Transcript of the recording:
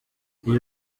iyi